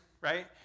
right